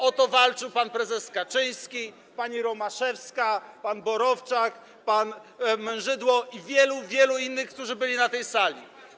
O to walczył pan prezes Kaczyński, pani Romaszewska, pan Borowczak, pan Mężydło i wielu, wielu innych, którzy byli na tej sali.